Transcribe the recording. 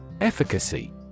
Efficacy